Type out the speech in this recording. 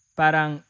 parang